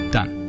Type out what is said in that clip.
Done